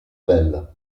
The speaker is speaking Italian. bella